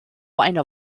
einer